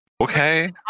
okay